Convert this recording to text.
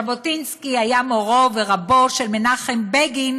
ז'בוטינסקי היה מורו ורבו של מנחם בגין,